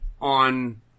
on